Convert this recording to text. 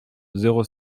zéro